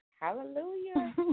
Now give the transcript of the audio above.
hallelujah